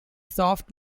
soft